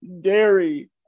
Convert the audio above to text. dairy